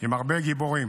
עם הרבה גיבורים,